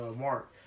Mark